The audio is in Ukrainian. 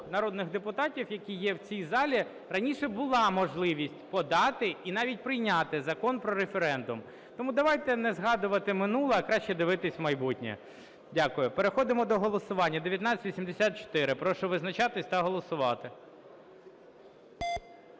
народних депутатів, які є в цій залі, раніше була можливість подати і навіть прийняти Закон про референдум. Тому давайте не згадувати минуле, а краще дивитися в майбутнє. Дякую. Переходимо до голосування. 1984. Прошу визначатись та голосувати.